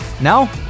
Now